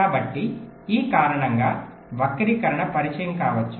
కాబట్టి ఈ కారణంగా వక్రీకరణ పరిచయం కావచ్చు